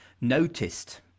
noticed